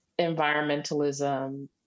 environmentalism